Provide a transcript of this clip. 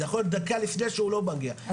זה יכול להיות דקה לפני שהוא לא מגיע,